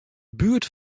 buert